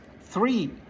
Three